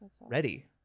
ready